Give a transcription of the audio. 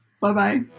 Bye-bye